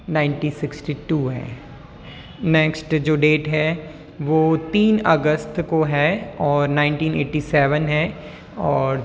ninety sixty two है next जो date है वो तीन अगस्त को है और नाइनटीन एट्टी सेवन है और